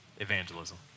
evangelism